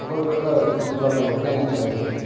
புகழ்பெற்ற சுற்றுலாத்தலம் ஒகேனக்கல் இருக்கு